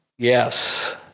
Yes